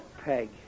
Peg